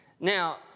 Now